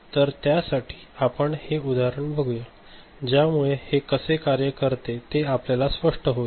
तर त्या साठी आपण हे उदाहरण बघूया ज्यामुळे हे कसे कार्य करते ते आपल्याला स्पष्ठ होईल